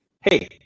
hey